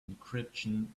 encryption